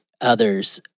others